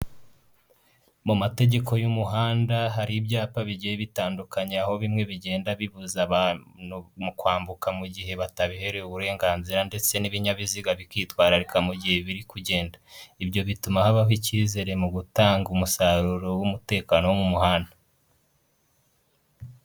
Mu mategeko y'umuhanda hari ibyapa bigiye bitandukanye, aho bimwe bigenda bibuza abantu mu kwambuka mu gihe batabiherewe uburenganzira ndetse n'ibinyabiziga bikitwararika mu gihe biri kugenda, ibyo bituma habaho icyizere mu gutanga umusaruro w'umutekano wo mu muhanda.